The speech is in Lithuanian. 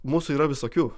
mūsų yra visokių